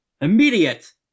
Immediate